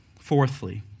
Fourthly